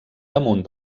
damunt